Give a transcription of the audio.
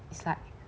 is like